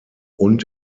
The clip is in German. und